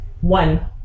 one